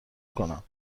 کنم